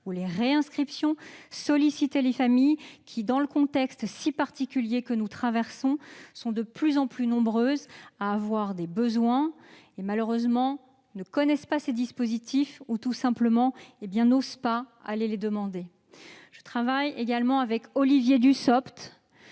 ou des réinscriptions, solliciter les familles, qui, dans le contexte si particulier que nous traversons, sont de plus en plus nombreuses à avoir des besoins et, malheureusement, ne connaissent pas ces dispositifs ou n'osent pas les demander. J'étudie également, avec Olivier Dussopt,